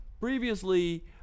previously